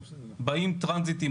באים טרנזיטים,